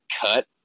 Cut